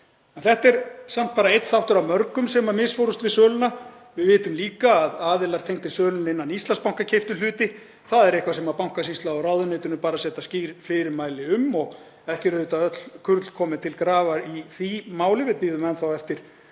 Þetta er samt bara einn þáttur af mörgum sem misfórust við söluna. Við vitum líka að aðilar tengdir sölunni innan Íslandsbanka keyptu hluti. Það er eitthvað sem Bankasýslu og ráðuneytinu bar að setja skýr fyrirmæli um og ekki eru öll kurl komin til grafar í því máli, við bíðum enn þá eftir